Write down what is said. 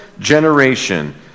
generation